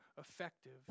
effective